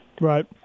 Right